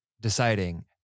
deciding